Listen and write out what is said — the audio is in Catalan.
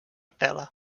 tela